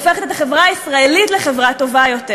הופכת את החברה הישראלית לחברה טובה יותר,